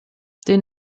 den